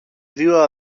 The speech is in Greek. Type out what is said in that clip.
δυο